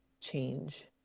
change